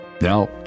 Now